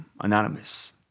Anonymous